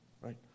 right